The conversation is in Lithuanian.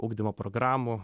ugdymo programų